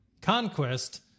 Conquest